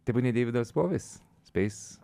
tebūnie deividas bouvis speis